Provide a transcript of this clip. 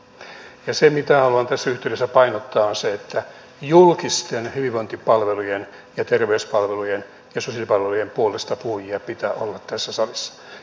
se mitä haluan tässä yhteydessä painottaa on se että julkisten hyvinvointipalvelujen terveyspalvelujen ja sosiaalipalvelujen puolestapuhujia pitää olla tässä salissa